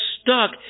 stuck